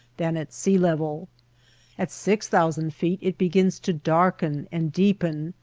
than at sea-level at six thousand feet it begins to darken and deepen,